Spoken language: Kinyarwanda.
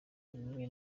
bimwe